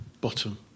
Bottom